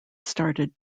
started